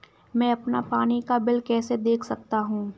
मैं अपना पानी का बिल कैसे देख सकता हूँ?